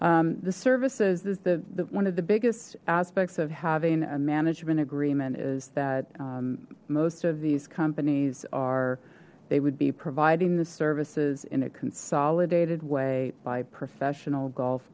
the services the the one of the biggest aspects of having a management agreement is that most of these companies are they would be providing the services in a consolidated way by professional golf